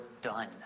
done